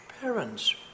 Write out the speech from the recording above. parents